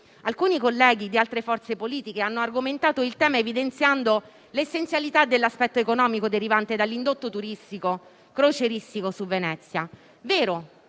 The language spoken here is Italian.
Alcuni colleghi di altre forze politiche hanno argomentato il tema, evidenziando l'essenzialità dell'aspetto economico derivante dall'indotto turistico crocieristico su Venezia.